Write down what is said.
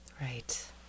Right